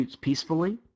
peacefully